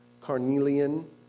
carnelian